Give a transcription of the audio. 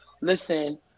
Listen